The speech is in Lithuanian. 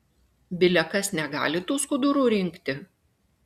bile kas negali tų skudurų rinkti